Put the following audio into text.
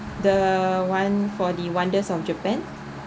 the one for the wonders of japan